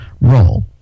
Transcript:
role